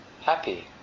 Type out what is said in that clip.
Happy